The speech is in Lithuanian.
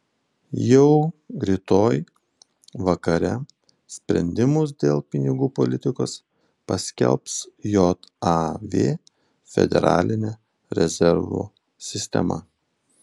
jau rytoj vakare sprendimus dėl pinigų politikos paskelbs jav federalinė rezervų sistema